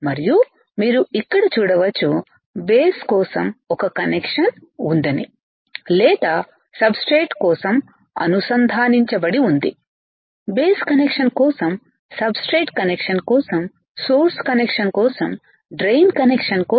మరియు మీరు ఇక్కడ చూడవచ్చు బేస్ కోసం ఒక కనెక్షన్ ఉందని లేదా సబ్స్ట్రేట్ కోసం అనుసంధానించబడి ఉంది బేస్ కనెక్షన్ కోసం సబ్స్ట్రేట్ కనెక్షన్ కోసం సోర్స్ కనెక్షన్ కోసం డ్రెయిన్ కనెక్షన్ కోసం